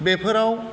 बेफोराव